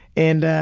and,